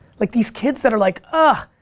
like these kids that are like, ah